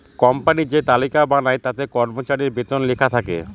company যে তালিকা বানায় তাতে কর্মচারীর বেতন লেখা থাকে